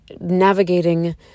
navigating